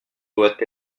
doit